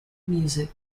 music